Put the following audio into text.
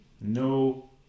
no